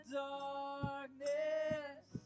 darkness